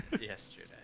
Yesterday